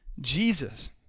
Jesus